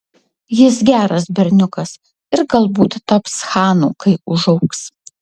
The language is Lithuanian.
jis geras berniukas ir galbūt taps chanu kai užaugs